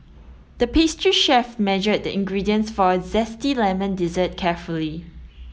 the pastry chef measured the ingredients for a zesty lemon dessert carefully